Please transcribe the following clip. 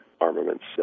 armaments